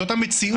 זאת המציאות.